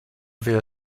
via